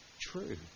true